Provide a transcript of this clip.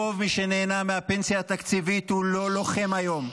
רוב מי שנהנה מהפנסיה התקציבית הוא לא לוחם היום,